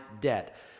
debt